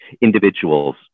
individuals